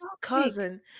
cousin